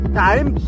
time